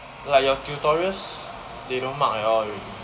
like your tutorials they don't mark at all